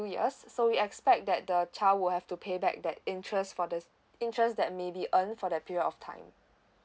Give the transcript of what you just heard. few years so we expect that the child will have to pay back that interest for this interest that maybe earned for that period of time